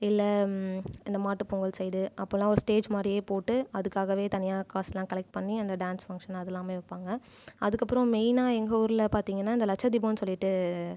இல்லை இந்த மாட்டு பொங்கல் சைட் அப்போலாம் ஒரு ஸ்டேஜ் மாதிரியே போட்டு அதுக்காகவே தனியாக காசெலாம் கலெக்ட் பண்ணி அந்த டான்ஸ் ஃபங்ஷன் அதெல்லாம் வைப்பாங்க அதுக்கு அப்புறம் மெயினாக எங்கள் ஊரில் பார்த்திங்கன்னா இந்த லட்சதீபம்னு சொல்லிட்டு